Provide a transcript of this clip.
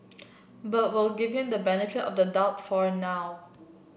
but we'll give him the benefit of the doubt for now